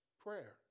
prayer